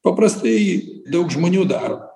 paprastai daug žmonių daro